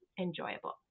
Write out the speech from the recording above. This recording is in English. enjoyable